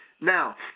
Now